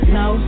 no